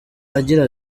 agira